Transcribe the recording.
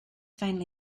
faintly